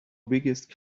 biggest